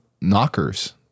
knockers